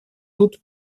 тут